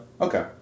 Okay